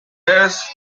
else